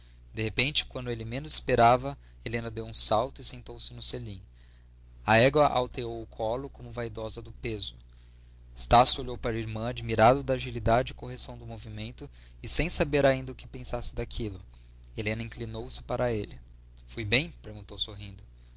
de repente quando ele menos esperava helena deu um salto e sentou-se no selim a égua alteou o colo como vaidosa do peso estácio olhou para a irmã admirado da agilidade e correção do movimento e sem saber ainda o que pensasse daquilo helena inclinou-se para ele fui bem perguntou sorrindo